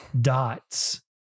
dots